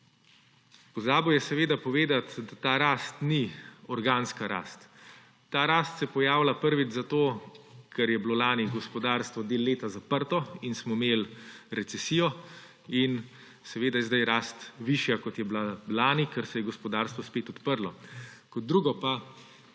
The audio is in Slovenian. Pozabil je seveda povedati, da ta rast ni organska rast. Ta rast se pojavlja, prvič, zato ker je bilo lani gospodarstvo del leta zaprto in smo imeli recesijo in seveda je sedaj rast višja, kot je bila lani, ker se je gospodarstvo spet odprlo. Kot drugo pa